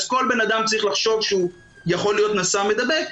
אז כל בן אדם צריך לחשוב שהוא יכול להיות נשא מדבק,